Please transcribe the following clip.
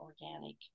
organic